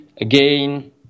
again